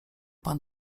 pan